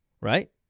right